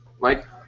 Mike